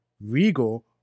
Regal